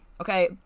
okay